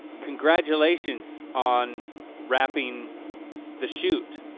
congratulations on wrapping the shoot,